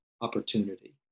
opportunity